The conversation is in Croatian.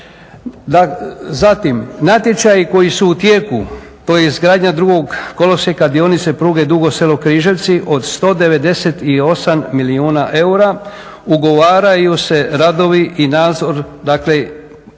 Zatim, natječaji koji su u tijeku, to je izgradnja drugog kolosijeka dionice pruge Dugo Selo-Križevci od 198 milijuna eura, ugovaraju se radovi i nazor